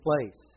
place